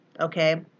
Okay